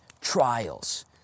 trials